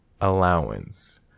allowance